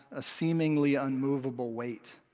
a seemingly unmovable weight.